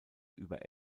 über